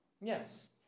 yes